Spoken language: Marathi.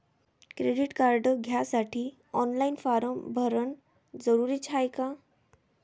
क्रेडिट कार्ड घ्यासाठी ऑनलाईन फारम भरन जरुरीच हाय का?